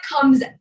comes